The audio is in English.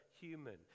human